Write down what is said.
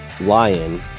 lion